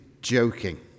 joking